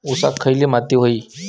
ऊसाक खयली माती व्हयी?